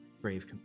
brave